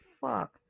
fuck